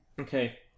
Okay